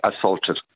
assaulted